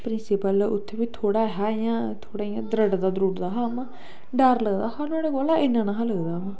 principal उत्थै बी थोह्ड़ा हा थोह्ड़ा इ'यां दरटदा दरूटदा हा इ'यां अवा डर लगदा हा नुआढ़े कोला इन्ना निं हा लगदा